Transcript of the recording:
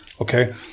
okay